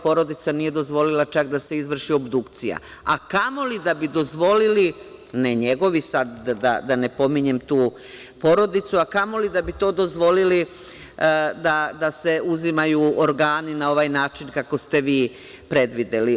Porodica nije dozvolila čak da se izvrši obdukcija, a kamoli da bi dozvolili, ne njegovi sad, da ne pominjem tu porodicu, da se uzimaju organi na ovaj način kako ste vi predvideli.